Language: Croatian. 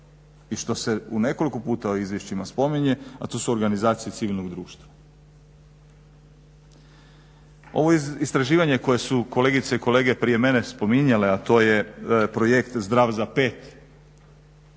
i što se nekoliko puta u izvješćima spominje, a to su organizacije civilnog društva. Ovo istraživanje koje su kolegice i kolege prije mene spominjale, a to je projekt "Zdrav za pet",